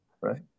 right